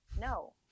no